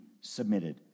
submitted